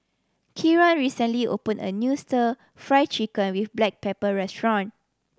Kieran recently opened a new Stir Fry Chicken with black pepper restaurant